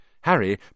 Harry